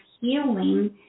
healing